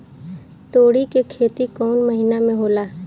तोड़ी के खेती कउन महीना में होला?